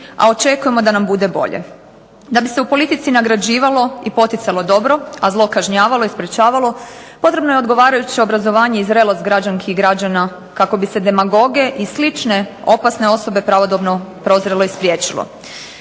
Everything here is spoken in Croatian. a očekujemo da nam bude bolje. Da bi se u politici nagrađivalo i poticalo dobro, a zlo kažnjavalo i sprječavalo potrebno je odgovarajuće obrazovanje i zrelost građanki i građana kako bi se demagoge i slične opasne osobe pravodobno prozrelo i spriječilo.